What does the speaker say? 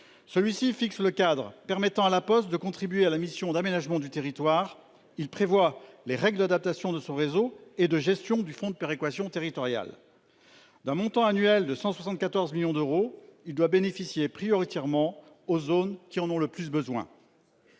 Celui-ci fixe le cadre permettant à la Poste de contribuer à la mission d'aménagement du territoire. Il prévoit les règles d'adaptation de son réseau et de gestion du fonds de péréquation territoriale. D'un montant annuel de 174 millions d'euros, il doit bénéficier prioritairement aux zones qui en ont le plus besoin.